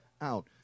out